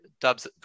Dubs